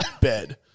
bed